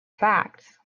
facts